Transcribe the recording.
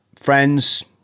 friends